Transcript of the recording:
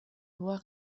hoher